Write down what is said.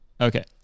Okay